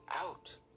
out